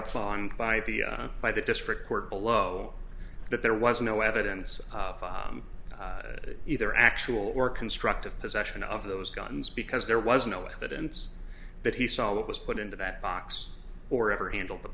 up by the by the district court below that there was no evidence either actual or constructive possession of those guns because there was no evidence that he saw what was put into that box or ever handled the